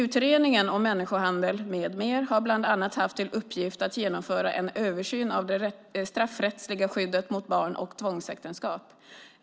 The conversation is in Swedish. Utredningen om människohandel m.m. har bland annat haft till uppgift att genomföra en översyn av det straffrättsliga skyddet mot barn och tvångsäktenskap .